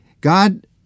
God